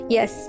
Yes